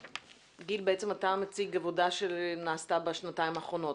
גיל, אתה מציג עבודה שנעשתה בשנתיים האחרונות.